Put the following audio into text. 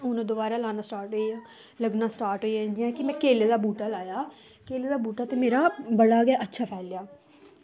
हून में दोबारा लाना स्टार्ट होआ लग्गना स्टार्ट होइये कि हून में जियां केले दा बूह्टा लाया ते केले दा बूह्टा मेरे कशा ते बड़ा गै अच्छा फैलेआ